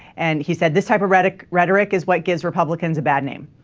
and he said the cyber reddick rhetoric is like his republicans a bad name